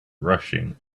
rushing